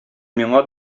миңа